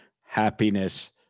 happiness